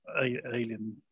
alien